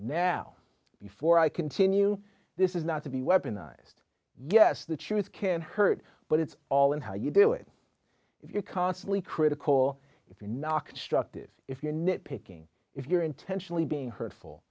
now before i continue this is not to be weaponized yes the truth can hurt but it's all in how you do it if you're constantly critical if you knock destructive if you're nitpicking if you're intentionally being hurtful